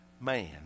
man